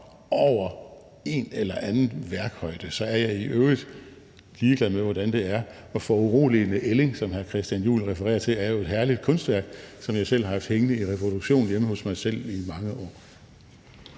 over en eller anden værkhøjde, og så er jeg i øvrigt ligeglad med, hvordan det er. Og Den Foruroligende Ælling, som hr. Christian Juhl refererer til, er jo et herligt kunstværk, som jeg har haft hængende i en reproduktion hjemme hos mig selv i mange år.